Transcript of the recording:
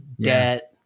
debt